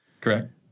Correct